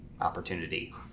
opportunity